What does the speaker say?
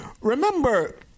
Remember